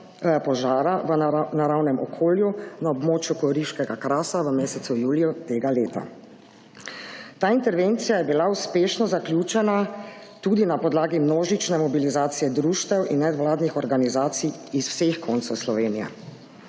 požara v naravnem okolju na območju goriškega Krasa v mesecu juliju tega leta. Ta intervencija je bila uspešno zaključena tudi na podlagi množične mobilizacije društev in nevladnih organizacij iz vseh koncev Slovenije.